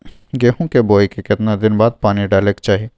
गेहूं के बोय के केतना दिन बाद पानी डालय के चाही?